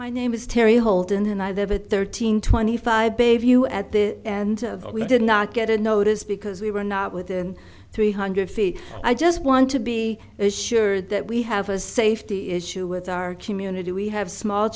my name is terry holden and i have a thirteen twenty five view at this and we did not get a notice because we were not within three hundred feet i just want to be assured that we have a safety issue with our community we have small